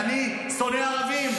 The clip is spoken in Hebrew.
אני שונא ערבים,